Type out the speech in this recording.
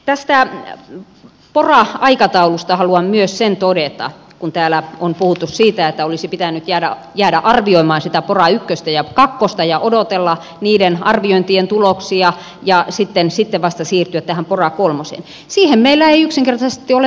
tästä pora aikataulusta haluan myös sen todeta kun täällä on puhuttu siitä että olisi pitänyt jäädä arvioimaan sitä pora ykköstä ja kakkosta ja odotella niiden arviointien tuloksia ja sitten vasta siirtyä tähän pora kolmoseen että siihen meillä ei yksinkertaisesti ole varaa